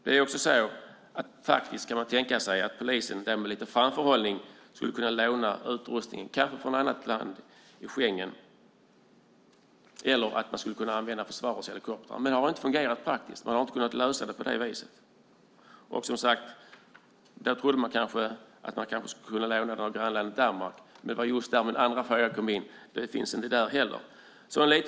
Med lite framförhållning skulle man kunna tänka sig att polisen lånar utrustning, kanske från ett annat Schengenland, eller att försvarets helikoptrar används. Pratiskt har det dock inte fungerat; man har inte kunnat lösa detta på det viset. Som sagt: Man trodde kanske att det skulle gå att låna från grannlandet Danmark. Det är just i det avseendet min andra fråga i interpellationen kommer in, för inte där heller finns nämnda möjlighet.